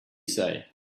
say